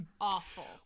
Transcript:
awful